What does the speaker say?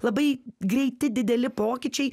labai greiti dideli pokyčiai